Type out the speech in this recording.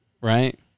right